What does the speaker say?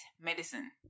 medicine